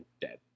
dead